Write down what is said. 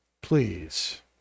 please